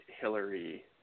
Hillary